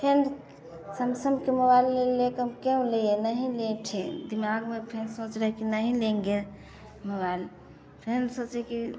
फिर सम्संग के मोबाइल ले ले कर हम क्यों लिए नहीं लेक ठे दिमाग में फिर सोच रहे कि नहीं लेंगे मोबाइल फिर सोचे कि